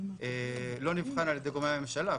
לא נבחן על ידי גורמי הממשלה.